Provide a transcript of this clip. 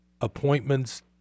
appointments